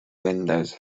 windows